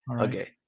Okay